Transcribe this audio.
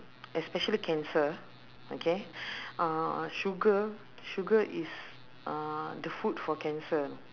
especially cancer okay uh sugar sugar is uh the food for cancer